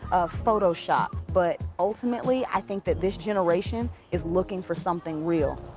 of photoshop. but, ultimately, i think that this generation is looking for something real.